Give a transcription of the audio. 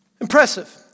Impressive